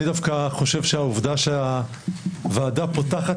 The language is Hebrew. אני דווקא חושב שהעובדה שהוועדה פותחת